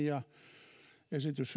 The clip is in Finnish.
ja esitys